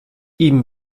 ihm